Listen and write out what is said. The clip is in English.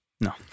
No